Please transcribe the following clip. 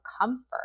comfort